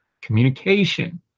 communication